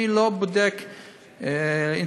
אני לא בודק אינטרסים.